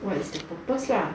what is the purpose lah